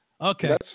Okay